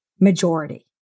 majority